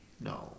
No